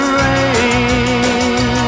rain